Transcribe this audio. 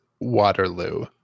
Waterloo